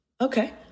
Okay